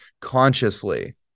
consciously